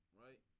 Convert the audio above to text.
right